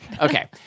Okay